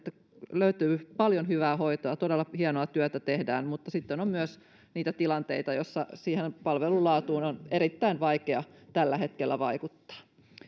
löytyy paljon hyvää hoitoa todella hienoa työtä tehdään mutta sitten on myös niitä tilanteita joissa siihen palvelun laatuun on erittäin vaikea tällä hetkellä vaikuttaa